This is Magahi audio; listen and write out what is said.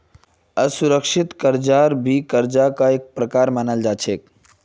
असुरिक्षित कर्जाक भी कर्जार का एक प्रकार मनाल जा छे